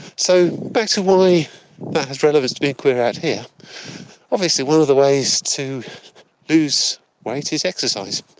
so, back to why that has relevance to being queer out here obviously one of the ways to lose weight is exercise.